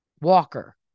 Walker